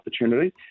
opportunity